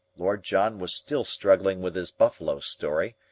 lord john was still struggling with his buffalo story,